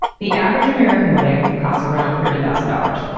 the average american wedding costs around thirty thousand dollars.